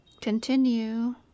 Continue